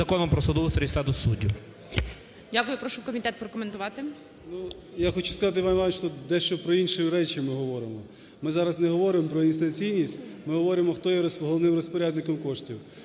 Дякую. Прошу комітет прокоментувати.